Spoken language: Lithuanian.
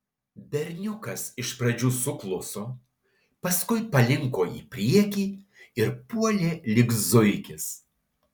berniukas iš pradžių sukluso paskui palinko į priekį ir puolė lyg zuikis